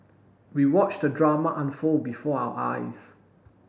we watched the drama unfold before our eyes